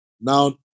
now